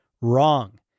Wrong